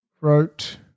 wrote